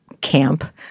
camp